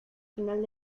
final